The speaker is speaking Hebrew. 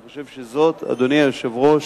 אני חושב שזאת, אדוני היושב-ראש,